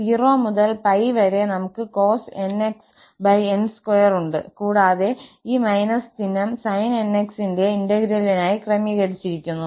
അതിനാൽ 0 മുതൽ 𝜋 വരെ നമുക് cosnxn2 ഉണ്ട് കൂടാതെ ഈ ′−′ ചിഹ്നം sin𝑛𝑥 ന്റെ ഇന്റെഗ്രേലിനായി ക്രമീകരിച്ചിരിക്കുന്നു